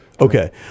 Okay